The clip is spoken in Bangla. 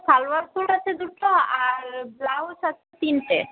সালোয়ার স্যুট আছে দুটো আর ব্লাউজ আছে তিনটে